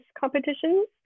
competitions